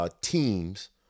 teams